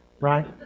right